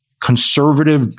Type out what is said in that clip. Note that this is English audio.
conservative